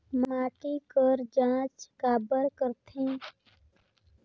माटी कर जांच काबर करथे?